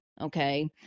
Okay